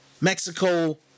Mexico